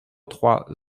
trois